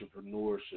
entrepreneurship